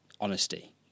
honesty